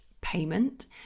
payment